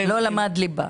לא למד ליבה.